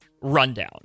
rundown